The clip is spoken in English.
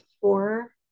four